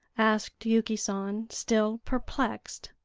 asked yuki san, still perplexed.